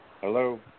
Hello